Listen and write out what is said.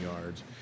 yards